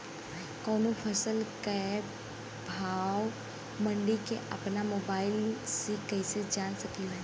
कवनो फसल के भाव मंडी के अपना मोबाइल से कइसे जान सकीला?